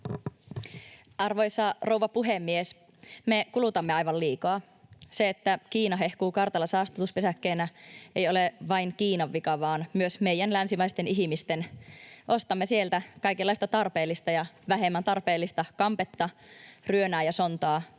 Arvoisa rouva puhemies! Me kulutamme aivan liikaa. Se, että Kiina hehkuu kartalla saastutuspesäkkeenä, ei ole vain Kiinan vika vaan myös meidän länsimaisten ihmisten. Ostamme sieltä kaikenlaista tarpeellista ja vähemmän tarpeellista kampetta, ryönää ja sontaa